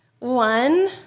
One